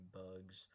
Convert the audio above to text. bugs